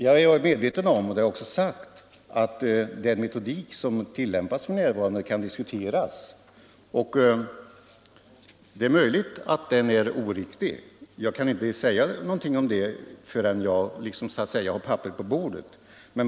Jag är medveten om — och det har jag också sagt — att den metodik som tillämpas f. n. kan diskuteras, och det är möjligt att den är oriktig; jag kan inte säga någonting om den förrän jag har papperen på bordet.